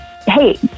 Hey